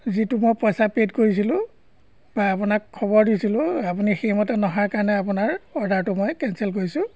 যিটো মই পইচা পে'ইড কৰিছিলোঁ বা আপোনাক খবৰ দিছিলোঁ আপুনি সেইমতে নহাৰ কাৰণে আপোনাৰ অৰ্ডাৰটো মই কেঞ্চেল কৰিছোঁ